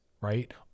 right